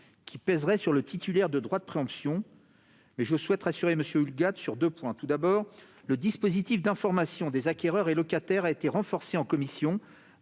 qui pèserait sur le titulaire du droit de préemption, mais je souhaite rassurer M. Houllegatte sur deux points. D'une part, le dispositif d'information des acquéreurs et locataires a été renforcé en commission